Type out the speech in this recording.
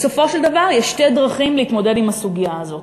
בסופו של דבר יש שתי דרכים להתמודד עם הסוגיה הזאת,